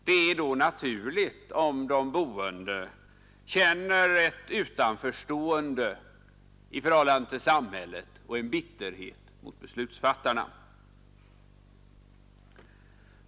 Det är då naturligt om de boende känner ett utanförstående i förhållande till samhället och en bitterhet mot beslutsfattarna.